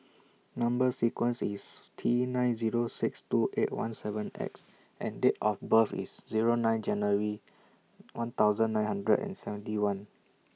Number sequence IS T nine Zero six two eight one seven X and Date of birth IS Zero nine January one thousand nine hundred and seventy one